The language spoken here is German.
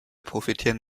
profitieren